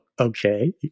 okay